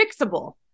fixable